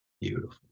Beautiful